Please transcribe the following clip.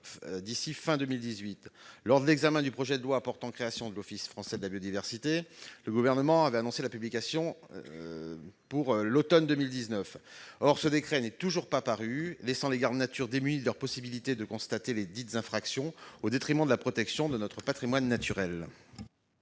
l'année 2018. Lors de l'examen du projet de loi portant création de l'Office français de la biodiversité, le Gouvernement avait annoncé sa publication pour l'automne 2019. Or ce décret n'est toujours pas paru, laissant les gardes nature démunis de leurs possibilités de constater des infractions, au détriment de la protection de notre patrimoine naturel.